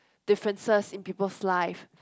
differences in peoples' life